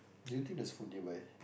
do you think there's food nearby